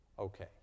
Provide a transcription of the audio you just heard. Okay